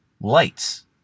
Lights